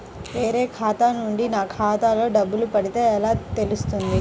వేరే ఖాతా నుండి నా ఖాతాలో డబ్బులు పడితే ఎలా తెలుస్తుంది?